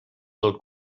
del